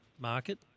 market